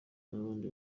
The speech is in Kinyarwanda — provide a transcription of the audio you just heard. n’abandi